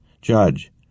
judge